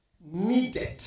needed